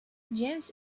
james